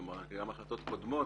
כלומר גם החלטות קודמות,